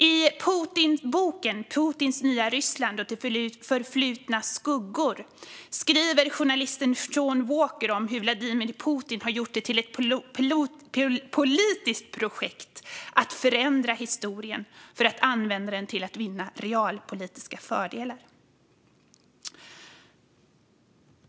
I boken Putins nya Ryssland och det förflutnas skuggor skriver journalisten Shaun Walker om hur Vladimir Putin har gjort det till ett politiskt projekt att förändra historien för att använda den till att vinna realpolitiska fördelar.